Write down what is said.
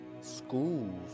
schools